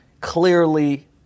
clearly